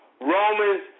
Romans